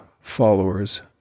followers